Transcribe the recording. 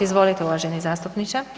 Izvolite uvaženi zastupniče.